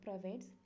provides